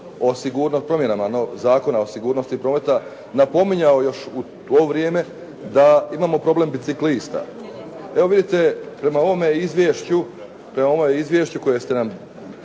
zakonu, o promjenama novog Zakona o sigurnosti prometa napominjao još u to vrijeme da imamo problem biciklista. Evo vidite prema ovome izvješću, prema ovome izvješću koje ste nam